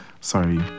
sorry